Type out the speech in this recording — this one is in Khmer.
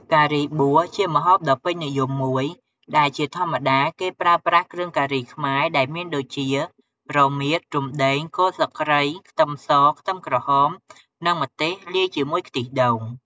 ការីបួសជាម្ហូបដ៏ពេញនិយមមួយ ដែលជាធម្មតាគេប្រើប្រាស់គ្រឿងការីខ្មែរដែលមានដូចជា រមៀត រំដេង គល់ស្លឹកគ្រៃ ខ្ទឹមស ខ្ទឹមក្រហម និងម្ទេស លាយជាមួយខ្ទិះដូង។